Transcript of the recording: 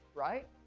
right?